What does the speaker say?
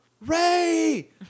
Ray